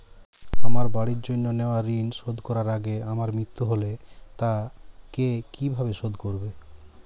আমার বাড়ির জন্য নেওয়া ঋণ শোধ করার আগে আমার মৃত্যু হলে তা কে কিভাবে শোধ করবে?